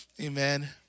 Amen